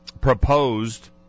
proposed